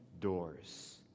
doors